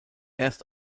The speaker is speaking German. erst